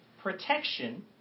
protection